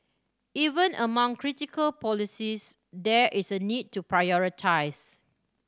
even among critical policies there is a need to prioritise